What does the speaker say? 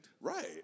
Right